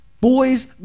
boys